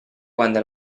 quando